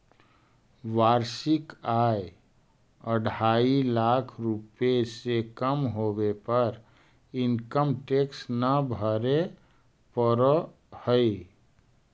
वार्षिक आय अढ़ाई लाख रुपए से कम होवे पर इनकम टैक्स न भरे पड़ऽ हई